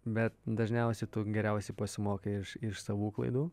bet dažniausiai tu geriausiai pasimokai iš savų klaidų